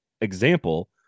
example